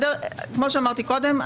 כמו שאמרתי קודם,